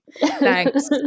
Thanks